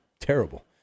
terrible